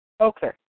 Okay